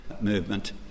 movement